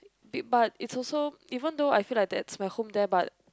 big but is also even though I feel that that's my home there but